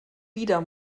wieder